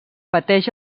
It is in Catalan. pateix